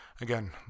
again